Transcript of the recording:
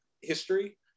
history